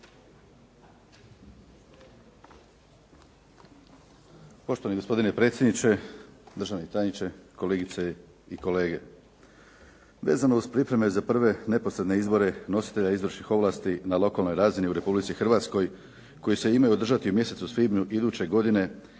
Poštovani gospodine predsjedniče, državni tajniče, kolegice i kolege. Vezano uz pripreme za prve neposredne izbora nositelja izvršnih ovlasti na lokalnoj razini u Republici Hrvatskoj koji se imaju održati u mjesecu svibnju iduće godine